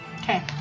Okay